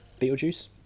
Beetlejuice